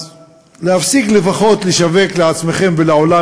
אז להפסיק לפחות לשווק לעצמכם ולעולם